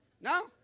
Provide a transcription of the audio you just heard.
No